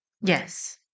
Yes